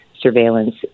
surveillance